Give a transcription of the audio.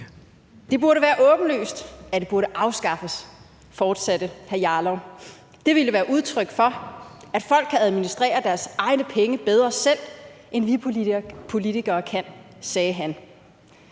Det burde være åbenlyst, at ordningen burde afskaffes, fortsatte hr. Rasmus Jarlov. Det ville være udtryk for, at folk bedre selv kan administrere deres egne penge, end vi politikere kan, sagde han.